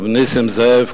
הרב נסים זאב,